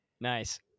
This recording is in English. Nice